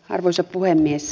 arvoisa puhemies